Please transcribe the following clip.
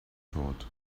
thought